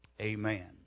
Amen